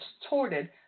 distorted